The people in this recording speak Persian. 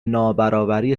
نابرابری